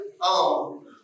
own